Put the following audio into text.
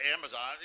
Amazon